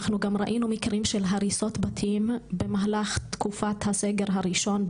אנחנו ראינו מקרים של הריסות בתים במהלך תקופת הסגר הראשון,